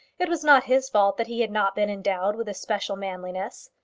it was not his fault that he had not been endowed with especial manliness.